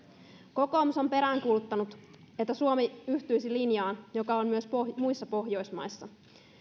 kokoomus on peräänkuuluttanut että suomi yhtyisi linjaan joka on myös muissa pohjoismaissa